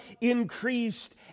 increased